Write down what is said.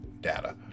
data